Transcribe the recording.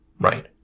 right